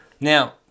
Now